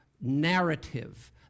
narrative